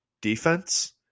defense